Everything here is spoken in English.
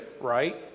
right